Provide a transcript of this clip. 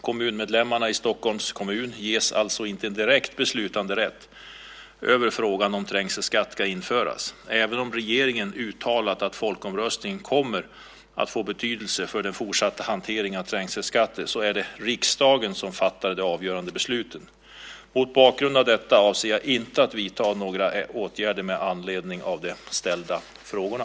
Kommunmedlemmarna i Stockholms kommun ges alltså inte en direkt beslutanderätt över frågan om trängselskatt ska införas. Även om regeringen uttalat att folkomröstningen kommer att få betydelse för den fortsatta hanteringen av trängselskatter är det riksdagen som fattar de avgörande besluten. Mot bakgrund av detta avser jag inte att vidta några åtgärder med anledning av de ställda frågorna.